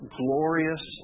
glorious